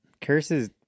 curses